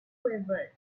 quivered